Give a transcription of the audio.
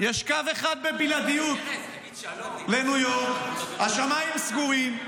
יש קו אחד בבלעדיות לניו יורק, השמיים סגורים,